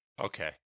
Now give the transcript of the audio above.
okay